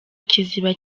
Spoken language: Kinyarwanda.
kiziba